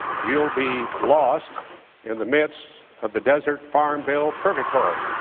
you'll be lost in the midst of the desert farm bill purgatory.